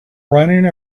running